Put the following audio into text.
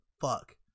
fuck